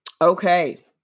Okay